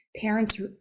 parents